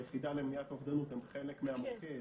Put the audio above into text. היחידה למניעת אובדות הם חלק מהמוקד.